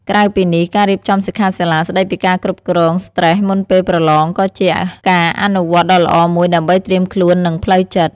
ក្រៅពីនេះ ការរៀបចំសិក្ខាសាលាស្ដីពីការគ្រប់គ្រងស្ត្រេសមុនពេលប្រឡងក៏ជាការអនុវត្តដ៏ល្អមួយដើម្បីត្រៀមខ្លួន និងផ្លូវចិត្ត។